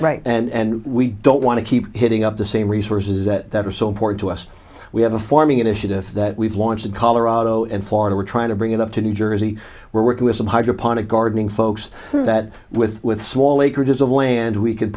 environment and we don't want to keep hitting up the same resources that are so important to us we have a farming initiative that we've launched in colorado and florida we're trying to bring it up to new jersey we're working with some hydroponic gardening folks that with with small acres of land we c